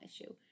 issue